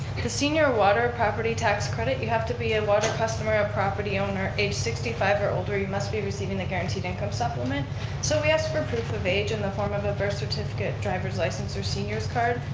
senior water property tax credit, you have to be a water customer or property owner age sixty five or older, you must be receiving the guaranteed income supplement so we ask for proof of age in the form of a birth certificate, driver's license, or senior's card.